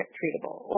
treatable